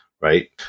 right